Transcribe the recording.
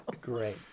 Great